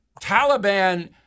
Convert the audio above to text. Taliban